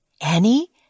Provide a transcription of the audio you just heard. Annie